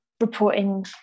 reporting